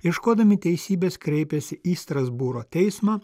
ieškodami teisybės kreipėsi į strasbūro teismą